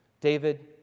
David